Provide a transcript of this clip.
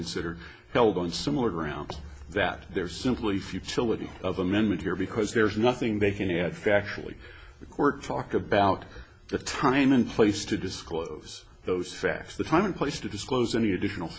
considered held on similar grounds that there's simply futility of amendment here because there's nothing they can add factually the court talk about the time and place to disclose those facts the time and place to disclose any additional